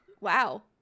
Wow